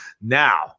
Now